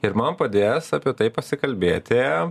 ir man padės apie tai pasikalbėti